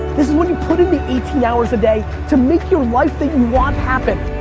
this is when you put in the eighteen hours a day to make your life that you want happen.